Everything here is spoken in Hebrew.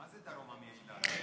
מזל טוב.